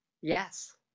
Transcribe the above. yes